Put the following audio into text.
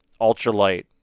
ultralight